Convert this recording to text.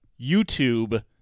YouTube